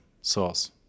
source